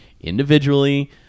individually